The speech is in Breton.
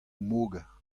moger